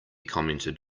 commented